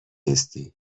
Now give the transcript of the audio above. نیستی